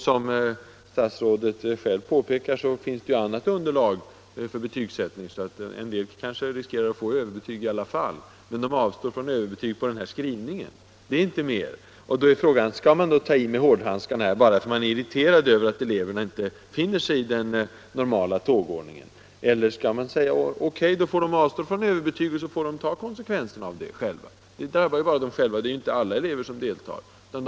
Som statsrådet själv påpekar, finns det annat underlag för betygsättningen, varför en del elever kanske riskerar att få överbetyg i alla fall. Men de avstår från överbetyg på den här skrivningen. Det är inte mer saken gäller. Skall man då ta i med hårdhandskarna bara för att man är irriterad över att eleverna inte finner sig i den normala tågordningen, eller skall man nöja sig med att säga: OK, då får de avstå från överbetyg och ta konsekvenserna av det? Det drabbar ju bara dem själva. För övrigt är det inte alla elever som deltar i bojkotten.